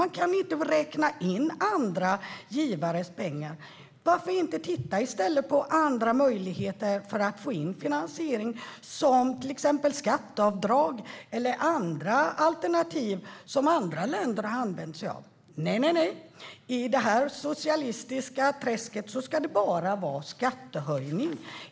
Man kan inte räkna in andra givares pengar. Varför inte i stället titta på andra möjligheter att få in finansiering, till exempel skatteavdrag eller andra alternativ som andra länder använt sig av? Nej, i det här socialistiska träsket ska det bara vara skattehöjningar!